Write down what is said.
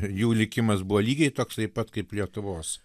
jų likimas buvo lygiai toksai pat kaip lietuvos